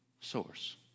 source